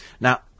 Now